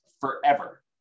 forever